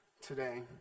today